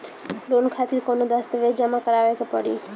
Loan खातिर कौनो दस्तावेज जमा करावे के पड़ी?